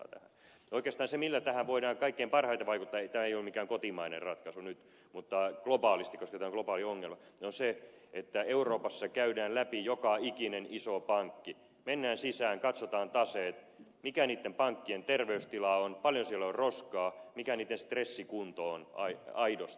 oikeastaan se millä tähän voidaan kaikkein parhaiten vaikuttaa tämä ei ole mikään kotimainen ratkaisu nyt mutta globaalisti koska tämä on globaali ongelma on se että euroopassa käydään läpi joka ikinen iso pankki mennään sisään katsotaan taseet mikä niitten pankkien terveystila on paljonko siellä on roskaa mikä niitten stressikunto on aidosti